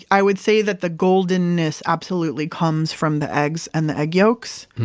i would say that the golden-ness absolutely comes from the eggs and the egg yolks.